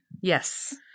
Yes